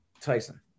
Tyson